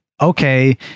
okay